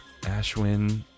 Ashwin